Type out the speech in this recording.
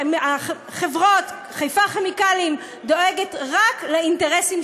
חברת חיפה כימיקלים דואגת רק לאינטרסים